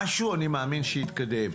משהו אני מאמין שיתקדם.